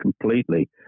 completely